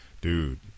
dude